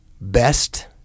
best